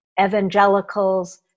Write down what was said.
Evangelicals